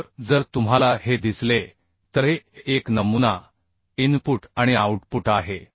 तर जर तुम्हाला हे दिसले तर हे एक नमुना इनपुट आणि आउटपुट आहे